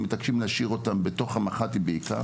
אנחנו מתעקשים להשאיר אותם בתוך המח״טים בעיקר,